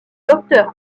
docteur